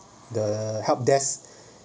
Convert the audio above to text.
the help desk